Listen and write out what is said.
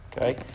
okay